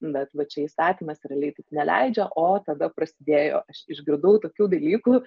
bet va čia įstatymas realiai taip neleidžia o tada prasidėjo aš išgirdau tokių dalykų